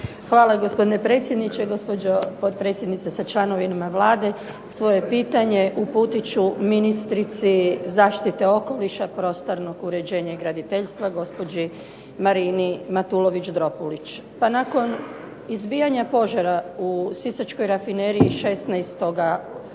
Hvala gospodine predsjedniče. Gospođo potpredsjednice sa članovima Vlade. Svoje pitanje uputit ću ministrici zaštite okoliša, prostornog uređenja i graditeljstva gospođi Marini Matulović-Dropulić. Pa nakon izbijanja požara u Sisačkoj rafineriji 16. siječnja